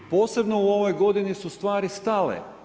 Posebno u ovoj godini su stvari stale.